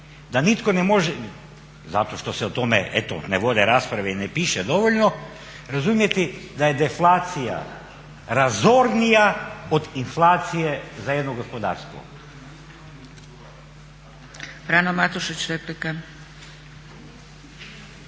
da nitko ne može, zato što se o tome eto ne vode rasprave i ne piše dovoljno razumjeti da je deflacija razornija od inflacije za jedno gospodarstvo. **Zgrebec, Dragica